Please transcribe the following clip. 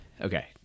okay